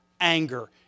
anger